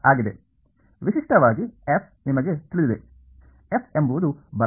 ಆದ್ದರಿಂದ ನಾವು ಈಗಾಗಲೇ ತಿಳಿದಿರುವ ವಿಷಯಗಳ ಸಂಕ್ಷಿಪ್ತ ವಿಮರ್ಶೆಯನ್ನು ಮಾಡೋಣ ಆದರೆ ಸ್ವಲ್ಪ ಹೆಚ್ಚು ಔಪಚಾರಿಕ ಭಾಷೆಯಲ್ಲಿ